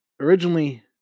originally